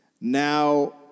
Now